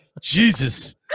Jesus